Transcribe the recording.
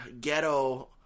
ghetto